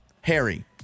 Harry